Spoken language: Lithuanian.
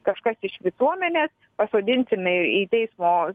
kažkas iš visuomenės pasodinsime į teismo